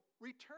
return